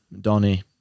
Donny